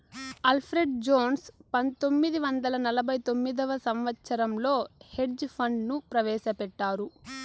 Alfred Jones పంతొమ్మిది వందల నలభై తొమ్మిదవ సంవచ్చరంలో హెడ్జ్ ఫండ్ ను ప్రవేశపెట్టారు